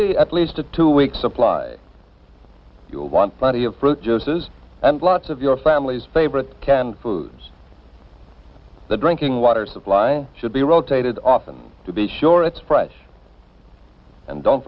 be at least a two week supply you'll want plenty of fruit juices and lots of your family's favorite canned foods the drinking water supply should be rotated often to be sure it's fresh and don't